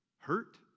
Hurt